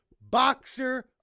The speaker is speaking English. boxer